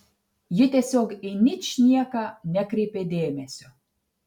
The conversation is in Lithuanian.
ji tiesiog į ničnieką nekreipė dėmesio